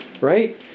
right